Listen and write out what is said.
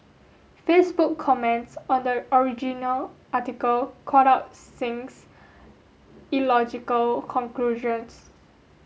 Facebook comments on the original article called out Singh's illogical conclusions